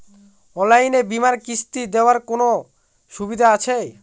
অনলাইনে বীমার কিস্তি দেওয়ার কোন সুবিধে আছে?